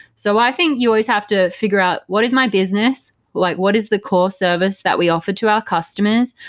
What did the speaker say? so i think you always have to figure out what is my business? like what is the core service that we offer to our customers?